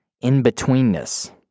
in-betweenness